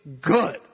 good